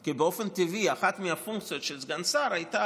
כי באופן טבעי אחת מהפונקציות של סגן שר הייתה